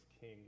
king